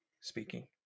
speaking